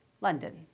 London